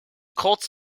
cults